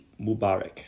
Mubarak